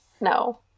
No